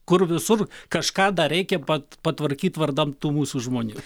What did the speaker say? kur visur kažką dar reikia pat patvarkyt vardan tų mūsų žmonių